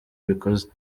ubikoze